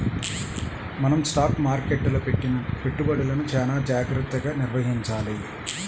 మనం స్టాక్ మార్కెట్టులో పెట్టిన పెట్టుబడులను చానా జాగర్తగా నిర్వహించాలి